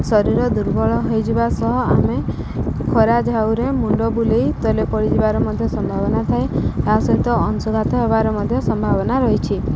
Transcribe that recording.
ଶରୀର ଦୁର୍ବଳ ହେଇଯିବା ସହ ଆମେ ଖରା ଝାଉଁରେ ମୁଣ୍ଡ ବୁଲାଇ ତଳେ ପଡ଼ିଯିବାର ମଧ୍ୟ ସମ୍ଭାବନା ଥାଏ ତା' ସହିତ ଅଂଶୁଘାତ ହେବାର ମଧ୍ୟ ସମ୍ଭାବନା ରହିଛି